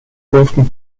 fünften